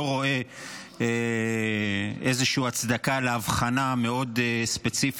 אני לא חושב שיש מה לאבחן את מי שמזמין אמבולנס,